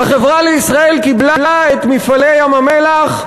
"החברה לישראל" קיבלה את "מפעלי ים-המלח"